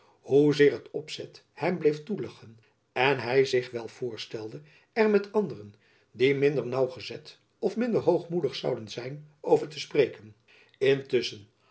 hoezeer het opzet hem bleef toelachen en hy zich wel voorstelde er met anderen die minder naauwgezet of minder hoogmoedig zouden zijn over te spreken intusschen